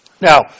Now